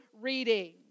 reading